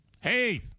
Hey